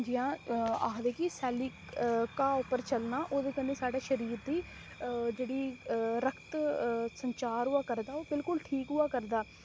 जि'यां आखदे कि सैल्ली घाह् उप्पर चलना ओह्दे कन्नै साढ़े शरीर दी जेह्ड़ी रक्त संचार होआ करदा ओह् बिल्कुल ठीक होआ करदा